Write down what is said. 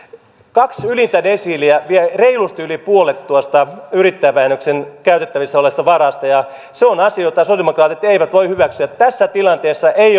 kaksi ylintä desiiliä vie reilusti yli puolet tuosta yrittäjävähennykseen käytettävissä olevasta varasta ja se on asia jota sosialidemokraatit eivät voi hyväksyä tässä tilanteessa ei